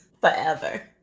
forever